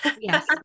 Yes